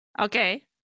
Okay